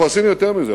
אנחנו עשינו יותר מזה.